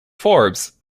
forbes